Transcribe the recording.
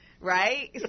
Right